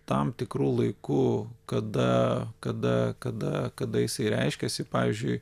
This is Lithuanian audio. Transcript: tam tikru laiku kada kada kada kada jisai reiškėsi pavyzdžiui